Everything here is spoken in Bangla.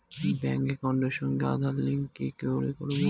ব্যাংক একাউন্টের সঙ্গে আধার লিংক কি করে করবো?